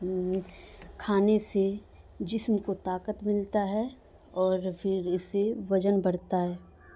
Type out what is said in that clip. کھانے سے جسم کو طاقت ملتا ہے اور پھر اسے وزن بڑھتا ہے